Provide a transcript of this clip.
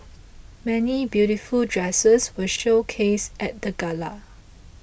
many beautiful dresses were showcased at the gala